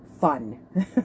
fun